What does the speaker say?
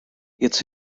its